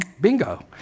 bingo